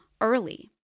early